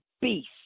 beast